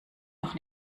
noch